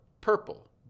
Purple